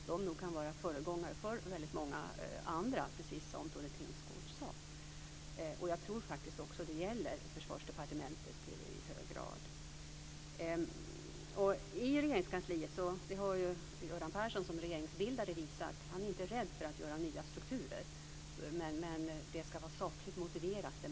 Ibland kan jag kanske tycka att man även av den gamla strukturen, om vi nu ser till myndigheten Försvarsmakten, kan ha en del att lära. De är ruskigt effektiva när det gäller att flytta fram positionerna, även i det här omdaningsarbetet.